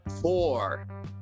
four